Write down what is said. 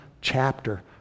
chapter